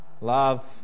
love